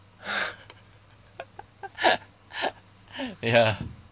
ya